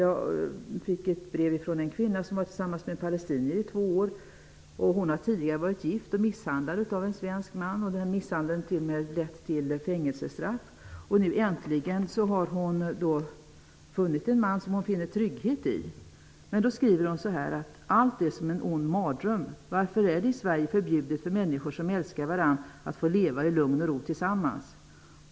Jag fick ett brev från en kvinna som varit tillsammans med en palestinier i två år. Hon har tidigare varit gift med och blivit misshandlad av en svensk man. Misshandeln hade t.o.m. lett till fängelsestraff. Nu äntligen har hon funnit en man som hon finner trygghet i. Hon skriver så här: ''Allt är som en ond mardröm. Varför är det i Sverige förbjudet för människor som älskar varann att få leva i lugn och ro tillsammans?